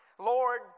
Lord